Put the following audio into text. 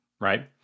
Right